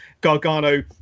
Gargano